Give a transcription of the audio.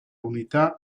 unità